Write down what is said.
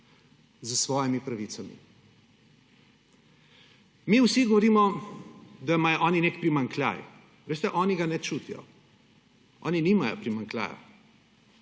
s svojimi pravicami. Mi vsi govorimo, da imajo oni nek primanjkljaj. Veste, oni ga ne čutijo, oni nimajo primanjkljaja,